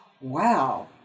Wow